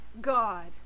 God